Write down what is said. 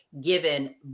Given